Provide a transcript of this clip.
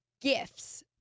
gifts